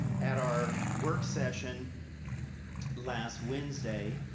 at our work session last wednesday,